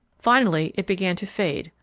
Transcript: finally it began to fade,